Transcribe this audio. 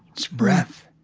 it's breath.